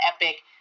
epic